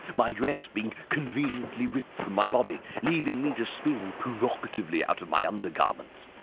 my dress being conveniently ripped from my body, leaving me to spill provocatively out of my undergarments.